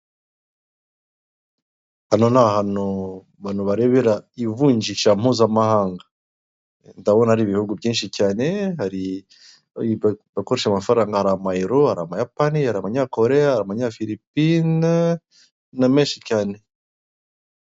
Aha ngaha hari ameza yicayeho abantu bane harimo umugore umwe ndetse n'abagabo batatu, bicaye ku ntebe nziza cyane bose imbere yabo hari indangururamajwi kugirango ngo babashe kumvikana, hakaba hari kandi n'uducupa tw'amazi atunganywa n'uruganda ruzwi cyane mu Rwanda mu gutunganya ibyo kunywa rw'inyange